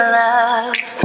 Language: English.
love